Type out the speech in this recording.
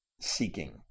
seeking